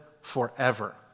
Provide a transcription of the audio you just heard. forever